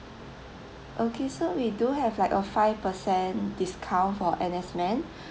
okay so we do have like a five percent discount for N_S men